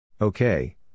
Okay